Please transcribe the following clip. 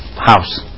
house